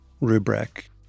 rubric